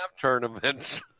tournaments